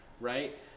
right